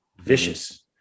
vicious